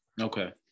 Okay